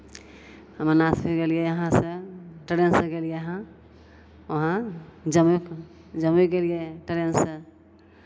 अमरनाथ गेलियै यहाँसँ ट्रेनसँ गेलियै हन वहाँ जम्मू जम्मू गेलियै ट्रेनसँ